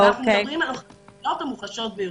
אנחנו מדברים על החברות המוחלשות ביותר.